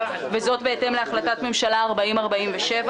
וזאת בהתאם להחלטת ממשלה 4047,